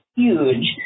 huge